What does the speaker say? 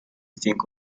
think